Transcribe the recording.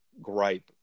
gripe